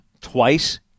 twice